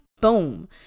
boom